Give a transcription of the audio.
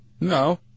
No